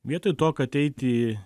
vietoj to kad eiti